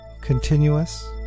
continuous